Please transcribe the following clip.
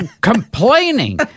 complaining